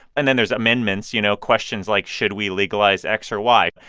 and then there's amendments you know, questions like, should we legalize x or y?